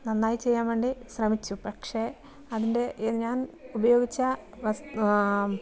നന്നായി ചെയ്യാൻ വേണ്ടി ശ്രമിച്ചു പക്ഷേ അതിൻ്റെ ഞാൻ ഉപയോഗിച്ച വസ്